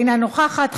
אינה נוכחת,